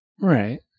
right